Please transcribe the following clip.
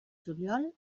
juliol